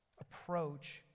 approach